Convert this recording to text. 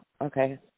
Okay